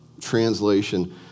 translation